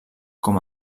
com